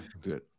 Good